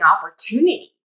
opportunity